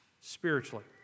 spiritually